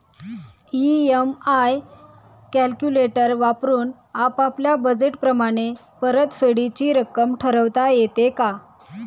EMI calculator वापरून आपापल्या budget प्रमाणे परतफेडीची रक्कम ठरवता येते का?